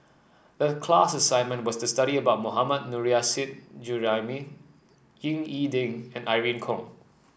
the class assignment was to study about Mohammad Nurrasyid Juraimi Ying E Ding and Irene Khong